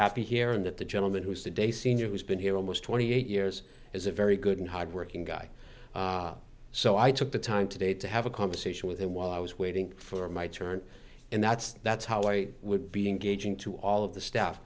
happy here and that the gentleman who's today senior who's been here almost twenty eight years is a very good and hardworking guy so i took the time today to have a conversation with him while i was waiting for my turn and that's that's how i would be engaging to all of the staff